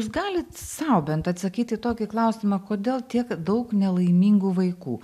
jūs galit sau bent atsakyt į tokį klausimą kodėl tiek daug nelaimingų vaikų